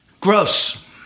Gross